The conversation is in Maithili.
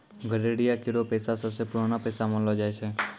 गड़ेरिया केरो पेशा सबसें पुरानो पेशा मानलो जाय छै